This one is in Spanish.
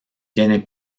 tiene